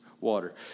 water